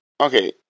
okay